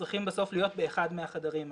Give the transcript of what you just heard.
שצריכים בסוף להיות באחד מהחדרים האלה.